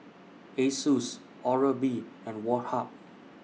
Asus Oral B and Woh Hup